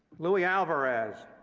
luis alvarez